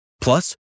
Plus